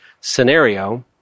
scenario